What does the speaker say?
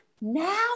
now